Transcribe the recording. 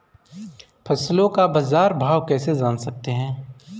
फसलों का बाज़ार भाव कैसे जान सकते हैं?